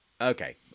Okay